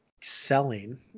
selling